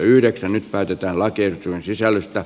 nyt päätetään lakiehdotuksen sisällöstä